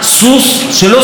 זה לא שהוא יצא מהאורווה,